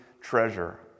treasure